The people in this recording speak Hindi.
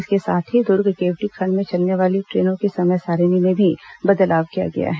इसके साथ ही दुर्ग केवटी खंड में चलने वाली ट्रेनों की समय सारिणी में भी बदलाव किया गया है